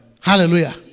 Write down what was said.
Hallelujah